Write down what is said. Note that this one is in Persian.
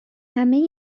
همه